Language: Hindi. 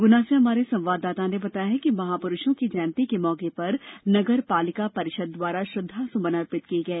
गुना से हमारे संवाददाता ने बताया है कि महापुरुषों की जयंती के मौके पर नगर पालिका परिषद द्वारा श्रद्धा सुमन अर्पित किए गए